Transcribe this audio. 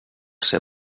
ser